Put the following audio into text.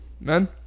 Man